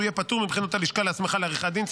הוא יהיה פטור מבחינות הלשכה להסמכה לעריכת דין,